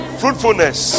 fruitfulness